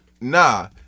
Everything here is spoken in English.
Nah